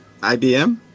IBM